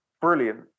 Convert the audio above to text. Brilliant